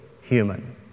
human